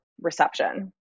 reception